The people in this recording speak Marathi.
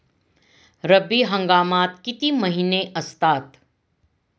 रब्बी हंगामात किती महिने असतात?